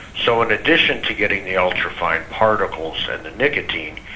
so in addition to getting the ultrafine particles and the nicotine,